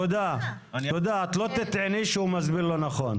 תודה, את לא תטעני שהוא מסביר לא נכון.